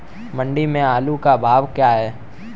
मंडी में आलू का भाव क्या है?